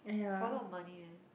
for a lot of money eh